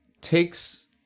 takes